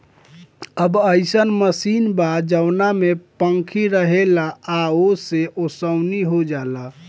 अब अइसन मशीन बा जवना में पंखी रहेला आ ओसे ओसवनी हो जाला